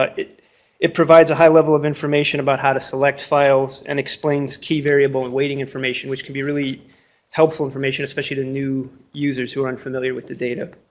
but it it provides a high level of information about how to select files and explains key variable and weighting information, which can be really helpful information especially to the new users who are unfamiliar with the data.